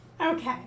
Okay